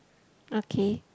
okay